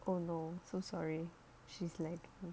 oh no so sorry she's lagging